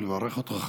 ולברך אותך,